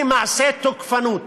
היא מעשה תוקפנות